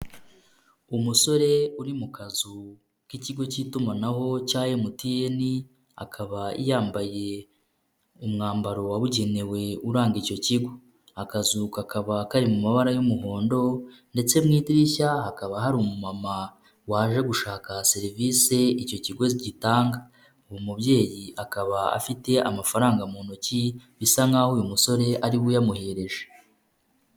Umusore uri mu kazu k'ikigo k'itumanaho cya MTN. Akaba yambaye umwambaro wabugenewe uranga icyo kigo. Akazu kakaba kari mu mabara y'umuhondo ndetse mu idirishya hakaba harimo umu mama waje gushaka serivisi icyo kigo gitanga. Uwo mubyeyi akaba afite amafaranga mu ntoki bisa nkaho uyu musore ariwe uyamuhereje.